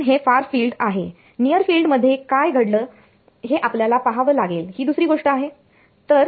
अजून हे फार फिल्ड आहे नियर फिल्ड मध्ये काय घडतं हे आपल्याला पहावं लागेल ही दुसरी गोष्ट आहे